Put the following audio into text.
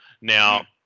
Now